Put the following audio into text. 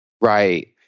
Right